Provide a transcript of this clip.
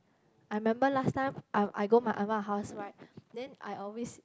I remember last time I I go my ah ma house right then I always